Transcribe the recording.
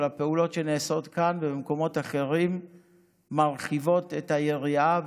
אבל הפעולות שנעשות כאן ובמקומות אחרים מרחיבות את היריעה,